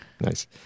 nice